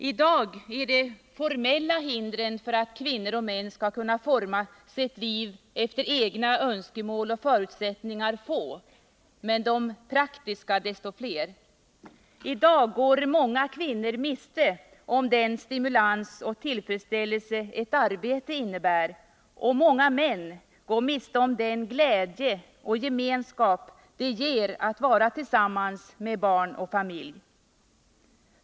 I dag är de formella hindren för att kvinnor och män skall kunna forma sina liv efter egna önskemål och förutsättningar få men de praktiska desto fler. I dag går många kvinnor miste om den stimulans och tillfredsställelse ett arbete innebär, och många män går miste om den glädje och gemenskap det ger att vara tillsammans med barn och familj.